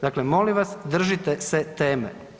Dakle, molim vas držite se teme.